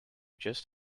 just